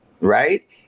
Right